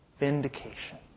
Vindication